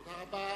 תודה רבה.